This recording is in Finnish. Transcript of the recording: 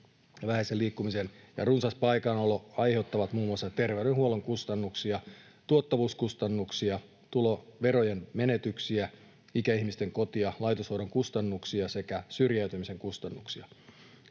Vähäinen liikkuminen ja runsas paikallaanolo aiheuttavat muun muassa terveydenhuollon kustannuksia, tuottavuuskustannuksia, tuloverojen menetyksiä, ikäihmisten koti- ja laitoshoidon kustannuksia sekä syrjäytymisen kustannuksia.